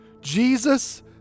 Jesus